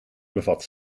bevat